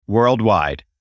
Worldwide